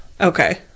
okay